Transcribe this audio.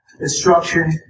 instruction